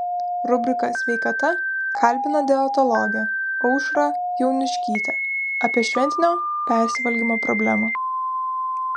rubrika sveikata kalbina dietologę aušrą jauniškytę apie šventinio persivalgymo problemą